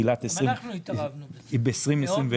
תחילת 2021. גם אנחנו התערבנו בזה מאוד-מאוד.